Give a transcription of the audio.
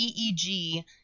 EEG